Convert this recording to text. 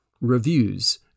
reviews